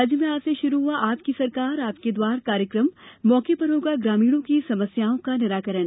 राज्य में आज से शुरू हुआ आपकी सरकार आपके द्वार कार्यक्रम मौके पर होगा ग्रामीणों की समस्याओं का निराकरण